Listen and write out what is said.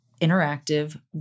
interactive